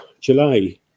July